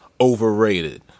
overrated